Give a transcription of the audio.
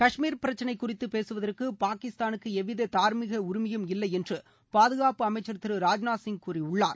கஷ்மீர் பிரச்சினை குறித்து பேசுவதற்கு பாகிஸ்தானுக்கு எவ்வித தார்மீக உரிமையும் இல்லை என்று பாதுகாப்பு அமைச்சர் திரு ராஜ்நாத்சிங் கூறியுள்ளர்